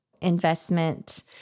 investment